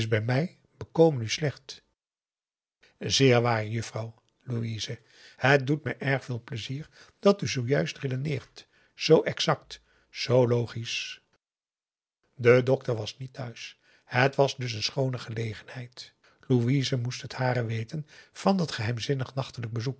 bij mij bekomen u slecht zeer waar juffrouw louise het doet me erg veel pleizier dat u zoo juist redeneert zoo exact zoo logisch de dokter was niet thuis het was dus een schoone gelegenheid louise moest het hare weten van dat geheimzinnig nachtelijk bezoek